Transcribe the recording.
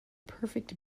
perfect